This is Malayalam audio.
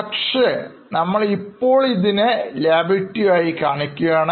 പക്ഷേ നമ്മൾ ഇപ്പോൾ ഇതിനെ Liability ആയി കാണിക്കുകയാണ്